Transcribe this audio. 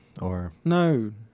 No